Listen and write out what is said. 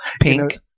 pink